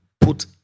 put